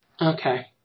Okay